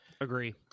Agree